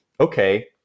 okay